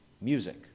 music